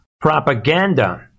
propaganda